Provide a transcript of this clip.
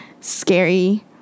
scary